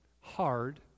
hard